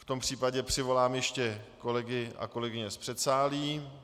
V tom případě přivolám ještě kolegy a kolegyně z předsálí.